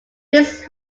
fixed